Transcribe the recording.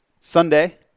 Sunday